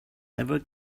ever